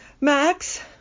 Max